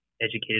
educated